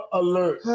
alert